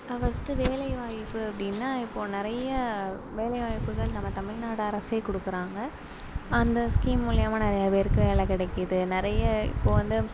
first வேலைவாய்ப்பு அப்படின்னா இப்போ நிறைய வேலைவாய்ப்புகள் நம்ம தமிழ்நாடு அரசே கொடுக்கறாங்க அந்த ஸ்கீம் மூலியுமாக நிறையா பேருக்கு வேலை கிடைக்கிது நிறைய இப்போ வந்து